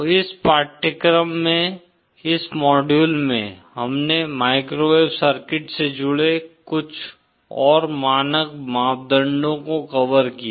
तो इस पाठ्यक्रम में इस मॉड्यूल में हमने माइक्रोवेव सर्किट से जुड़े कुछ और मानक मापदंडों को कवर किया